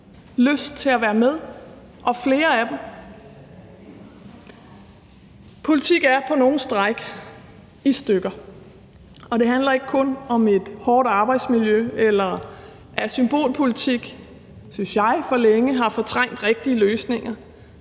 lyst til at være med – og flere af dem? Kl. 14:31 Politik er på nogle stræk i stykker, og det handler ikke kun om et hårdt arbejdsmiljø, eller at symbolpolitik, synes jeg, for længe har fortrængt rigtige løsninger